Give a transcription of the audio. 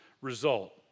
result